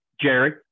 Jerry